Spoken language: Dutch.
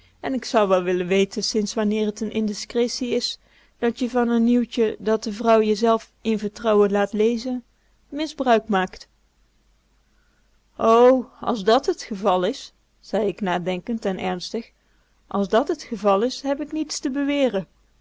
en k zou wel willen weten sinds wanneer t n indiscretie is dat je van n nieuwtje dat de vrouw je zelf in vertrouwen laat lezen misbruik maakt o als dat t geval is zei k nadenkend en ernstig als dat t geval is heb ik niets te beweren